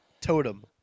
Totem